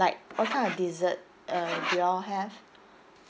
like what kind of dessert uh do you all have